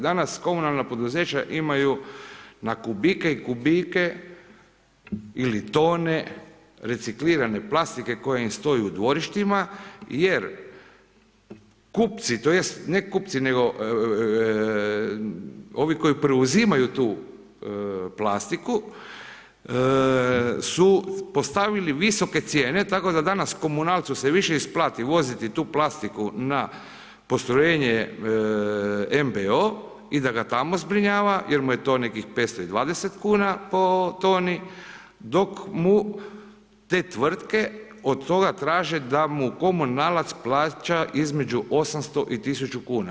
Danas komunalna poduzeća imaju na kubike i kubike ili tone reciklirane plastike koje im stoji u dvorištima, jer kupci, tj. ne kupci, nego, ovi koji preuzimaju tu plastiku, su postavili visoke cijene, tako da danas se komunalcu više isplati uvoziti tu plastiku na postrojenje NBO i da ga tamo zbrinjava jer mu je to nekih 520 kn po toni, dok mu te tvrtke od toga traže da mu komunalac plaća između 800-1000 kn.